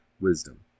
wisdom